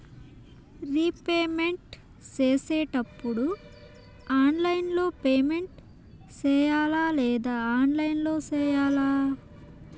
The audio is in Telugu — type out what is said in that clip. రీపేమెంట్ సేసేటప్పుడు ఆన్లైన్ లో పేమెంట్ సేయాలా లేదా ఆఫ్లైన్ లో సేయాలా